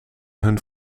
hun